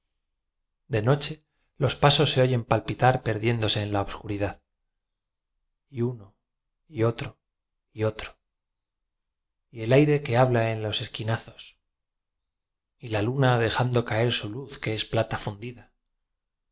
de noche los pasos se oyen palpitar per diéndose en la obscuridad y uno y otro y otro y el aire que habla en los esquina zos y la luna dejando caer su luz que es plata fundida